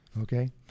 Okay